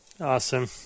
Awesome